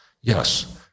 Yes